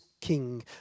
king